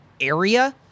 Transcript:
area